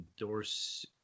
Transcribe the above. Endorse